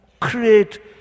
create